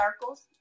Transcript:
circles